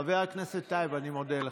חבר הכנסת טייב, אני מודה לך.